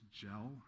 gel